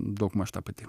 daugmaž ta pati